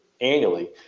annually